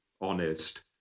honest